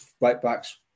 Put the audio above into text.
right-backs